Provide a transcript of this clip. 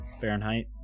Fahrenheit